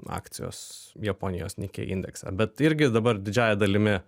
akcijos japonijos nikei indekse bet irgi dabar didžiąja dalimi